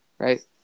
right